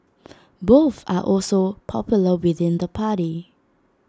both are also popular within the party